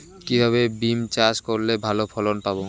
কিভাবে বিম চাষ করলে ভালো ফলন পাব?